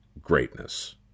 greatness